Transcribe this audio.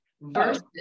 versus